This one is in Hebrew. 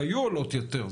והיו עולות יותר,